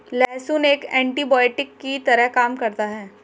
लहसुन एक एन्टीबायोटिक की तरह काम करता है